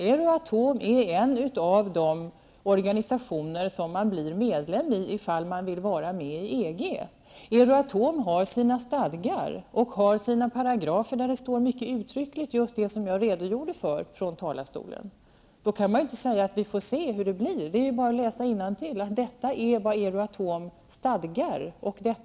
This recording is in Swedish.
Euratom är en av de organisationer man blir medlem i om man vill vara med i EG. Euratom har sina stadgar och sina paragrafer där det står mycket uttryckligt det som jag redogjorde för från talarstolen. Då kan man inte säga att vi får se hur det blir. Det är ju bara att läsa innantill att detta är vad Euratom stadgar.